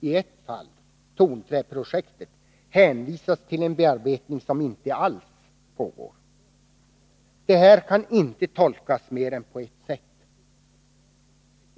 I ett fall — tonträprojektet — hänvisas till en beredning som inte alls pågår. Det här kan inte tolkas på mer än ett sätt.